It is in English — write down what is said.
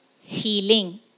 healing